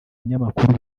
binyamakuru